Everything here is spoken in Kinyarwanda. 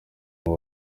ngo